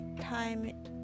time